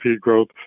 growth